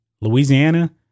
Louisiana